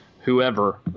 whoever